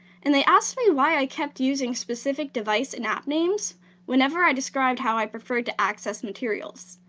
and they asked me why i kept using specific device and app names whenever i described how i preferred to access materials.